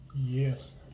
Yes